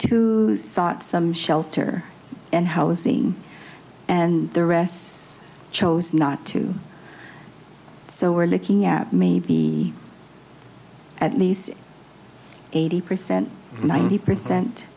to sought some shelter and housing and the rests chose not to so we're looking at maybe at least eighty percent ninety percent